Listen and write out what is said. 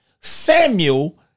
Samuel